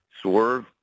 Swerve